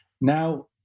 Now